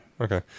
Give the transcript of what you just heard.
Okay